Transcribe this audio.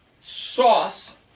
Sauce